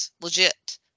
legit